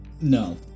no